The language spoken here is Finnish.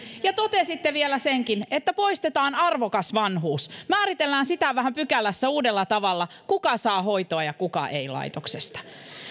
ja että totesitte vielä senkin että poistetaan arvokas vanhuus ja määritellään sitä vähän pykälässä uudella tavalla kuka saa hoitoa ja kuka ei laitoksesta